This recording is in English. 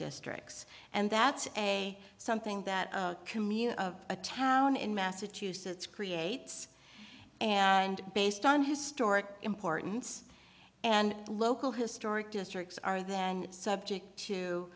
districts and that's a something that commute of a town in massachusetts creates and based on historic importance and local historic districts are then subject to